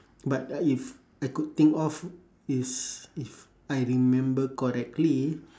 but uh if I could think of is if I remember correctly